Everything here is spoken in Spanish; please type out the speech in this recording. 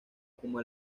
como